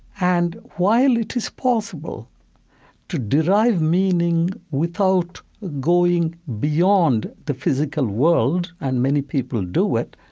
and while it is possible to derive meaning without going beyond the physical world and many people do it